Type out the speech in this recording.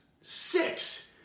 Six